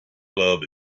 club